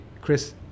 Chris